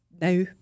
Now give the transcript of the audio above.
now